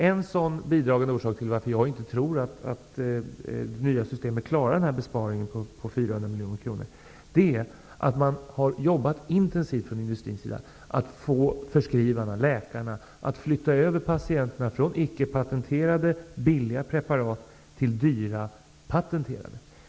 En bidragande orsak till att jag inte tror att det nya systemet klarar en besparing på 400 miljoner kronor är att man från industrins sida har jobbat intensivt på att få förskrivarna, läkarna, att flytta över patienterna från icke-patenterade billiga preparat till patenterade dyra preparat.